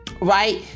right